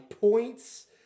points